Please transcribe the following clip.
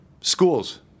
schools